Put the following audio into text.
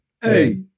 Hey